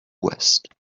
west